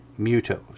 MUTOs